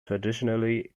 traditionally